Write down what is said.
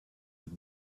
have